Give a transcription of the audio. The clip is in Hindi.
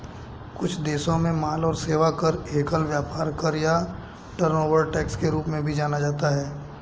कुछ देशों में माल और सेवा कर, एकल व्यापार कर या टर्नओवर टैक्स के रूप में भी जाना जाता है